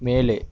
மேலே